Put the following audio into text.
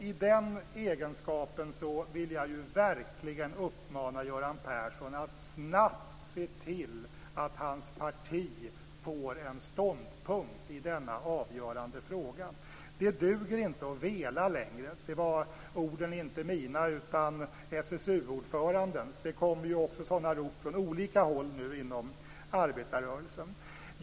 I den egenskapen vill jag verkligen uppmana Göran Persson att snabbt se till att hans parti får en ståndpunkt i denna avgörande fråga. Det duger inte att vela längre - orden är inte mina utan SSU-ordförandens. Det kommer ju nu sådana rop också från olika håll inom arbetarrörelsen.